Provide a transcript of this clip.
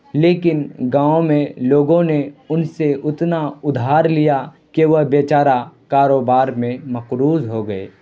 لیکن گاؤں میں لوگوں نے ان سے اتنا ادھار لیا کہ وہ بے چارہ کاروبار میں مقروض ہو گئے